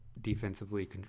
defensively